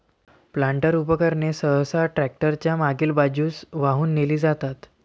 planter उपकरणे सहसा tractor च्या मागील बाजूस वाहून नेली जातात